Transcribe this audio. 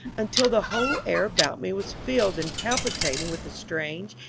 until the whole air about me was filled and palpitating with the strange,